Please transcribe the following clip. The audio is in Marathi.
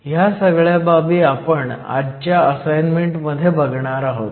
ह्या सगळ्या बाबी आपण आजच्या असाईनमेंट मध्ये बघणार आहोत